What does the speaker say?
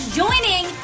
joining